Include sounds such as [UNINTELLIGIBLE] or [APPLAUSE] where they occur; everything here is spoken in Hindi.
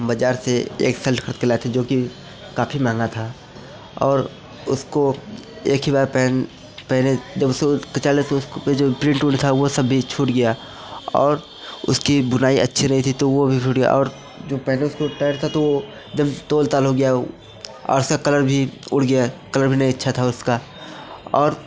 बाज़ार से एक सल्ट खरीद के लाए थे जो की काफ़ी महँगा था और उसको एक ही बार पेन पहने [UNINTELLIGIBLE] जो प्रिंट ऊंट था वह सब भी छूट गया और उसकी बुनाई अच्छी नहीं थी तो वह भी छूट गया [UNINTELLIGIBLE] और सब कलर भी उड़ गया कलर भी नहीं अच्छा था उसका